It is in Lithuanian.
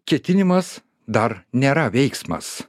ketinimas dar nėra veiksmas